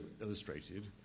illustrated